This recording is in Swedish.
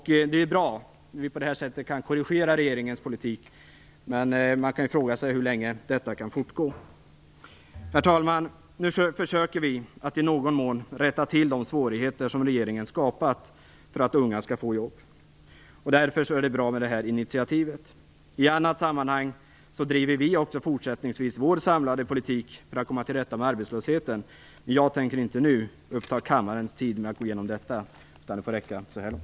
Det är bra om vi på det här sättet kan korrigera regeringens politik, men man kan fråga sig hur länge detta kan fortgå. Herr talman! Nu försöker vi att i någon mån komma till rätta med de svårigheter som regeringen skapat när det gäller möjligheterna för unga att få jobb. Därför är initiativet här bra. I annat sammanhang driver vi också fortsättningsvis vår samlade politik för att komma till rätta med arbetslösheten. Men jag tänker inte nu uppta kammarens tid med att gå igenom det, utan vad jag här sagt får räcka så här långt.